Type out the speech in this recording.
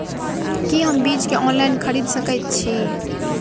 की हम बीज केँ ऑनलाइन खरीदै सकैत छी?